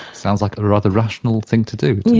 sounds like a rather rational thing to do to me.